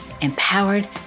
empowered